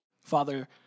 Father